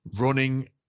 Running